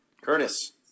Curtis